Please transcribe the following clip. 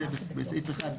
בסעיף 1,